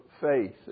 faith